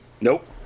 Nope